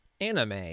anime